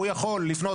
הוא יכול לפנות,